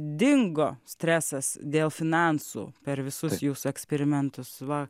dingo stresas dėl finansų per visus jūsų eksperimentus va